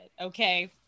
okay